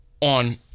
On